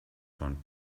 von